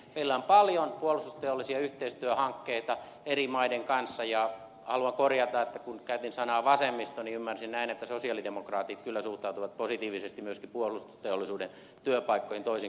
meillä on paljon puolustusteollisia yhteistyöhankkeita eri maiden kanssa ja haluan korjata että kun käytin sanaa vasemmisto niin ymmärsin että sosialidemokraatit kyllä suhtautuvat positiivisesti myöskin puolustusteollisuuden työpaikkoihin toisin kuin vasemmistoliitto